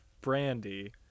brandy